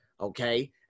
okay